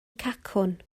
cacwn